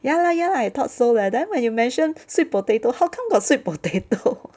ya lah ya lah I thought so leh then when you mention sweet potato how come got sweet potato